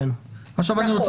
נכון.